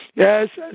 yes